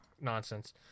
nonsense